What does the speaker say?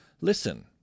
Listen